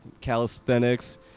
calisthenics